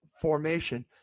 formation